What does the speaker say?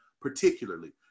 particularly